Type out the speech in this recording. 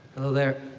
hello there.